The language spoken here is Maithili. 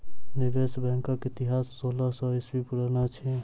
निवेश बैंकक इतिहास सोलह सौ ईस्वी पुरान अछि